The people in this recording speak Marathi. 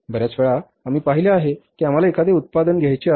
बर्याच वेळा आम्ही पाहिले आहे की आम्हाला एखादे उत्पादन घ्यायचे आहे